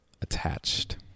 Attached